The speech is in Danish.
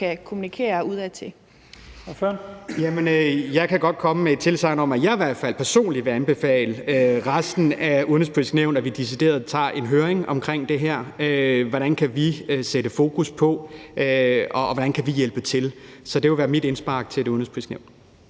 Jensen (V): Jeg kan godt komme med et tilsagn om, at jeg i hvert fald personligt vil anbefale resten af Det Udenrigspolitiske Nævn, at vi decideret holder en høring omkring det her. Hvordan kan vi sætte fokus på det, og hvordan kan vi hjælpe til? Det vil være mit indspark til Det Udenrigspolitiske